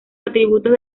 atributos